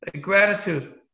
gratitude